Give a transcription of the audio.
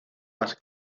más